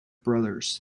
brothers